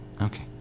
Okay